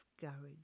discouraged